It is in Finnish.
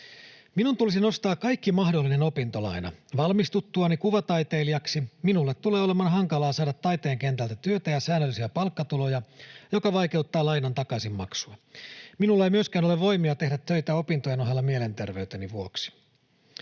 Minun tulisi nostaa kaikki mahdollinen opintolaina. Valmistuttuani kuvataiteilijaksi minulle tulee olemaan hankalaa saada taiteen kentältä työtä ja säännöllisiä palkkatuloja, mikä vaikeuttaa lainan takaisinmaksua. Minulla ei myöskään ole voimia tehdä töitä opintojen ohella mielenterveyteni vuoksi.”